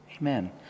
Amen